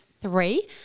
three